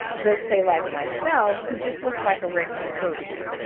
let's say like myself who just looks like a regular person.